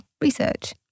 research